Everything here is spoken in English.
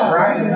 right